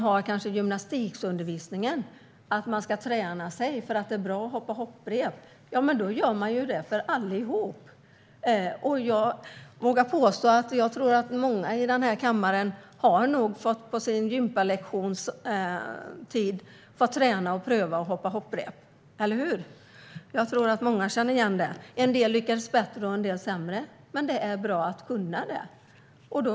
I gymnastikundervisningen kan man dock behöva hoppa hopprep för att det är bra träning, men då gäller det alla. Många i denna kammare har nog fått hoppa hopprep på sina gympalektioner. En del lyckades bättre och andra sämre, men det är bra att kunna det.